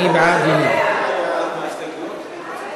שם החוק נתקבל.